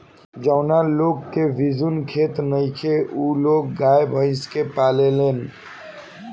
जावना लोग के भिजुन खेत नइखे उ लोग गाय, भइस के पालेलन